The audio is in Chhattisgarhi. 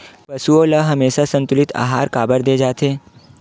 पशुओं ल हमेशा संतुलित आहार काबर दे जाथे?